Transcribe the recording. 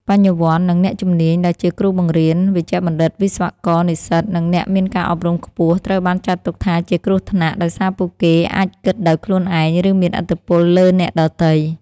បញ្ញវន្ត និងអ្នកជំនាញ ដែលជាគ្រូបង្រៀន វេជ្ជបណ្ឌិត វិស្វករ និស្សិត និងអ្នកមានការអប់រំខ្ពស់ ត្រូវបានចាត់ទុកថាជាគ្រោះថ្នាក់ ដោយសារពួកគេអាចគិតដោយខ្លួនឯង ឬមានឥទ្ធិពលលើអ្នកដទៃ។